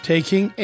Taking